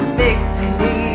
victory